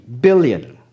billion